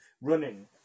running